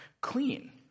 clean